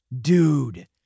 Dude